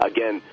Again